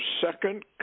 Second